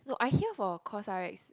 no I hear for Cosrx